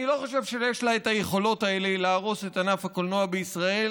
אני לא חושב שיש לה את היכולות האלה להרוס את ענף הקולנוע בישראל,